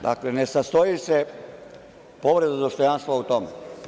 Dakle, ne sastoji se povreda dostojanstva u tome.